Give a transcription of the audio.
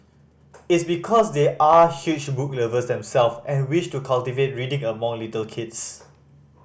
it's because they are huge book lovers themself and wish to cultivate reading among little kids